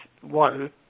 one